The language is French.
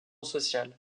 sociale